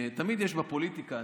תמיד יש בה פוליטיקה,